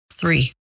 Three